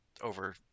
over